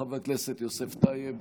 חבר הכנסת יוסף טייב,